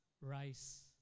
rice